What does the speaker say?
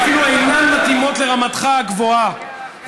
שאפילו אינן מתאימות לרמתך הגבוהה,